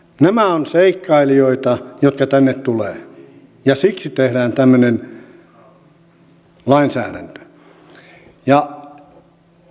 nämä ovat seikkailijoita jotka tänne tulevat ja siksi tehdään tämmöinen lainsäädäntö ja